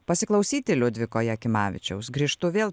pasiklausyti liudviko jakimavičiaus grįžtu vėl